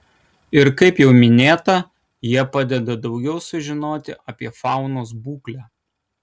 ir kaip jau minėta jie padeda daugiau sužinoti apie faunos būklę